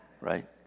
Right